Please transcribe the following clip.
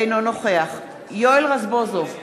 אינו נוכח יואל רזבוזוב,